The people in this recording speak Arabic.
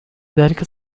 ذلك